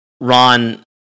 Ron